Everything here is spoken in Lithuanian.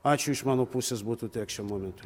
ačiū iš mano pusės būtų tiek šiam momentui